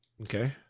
Okay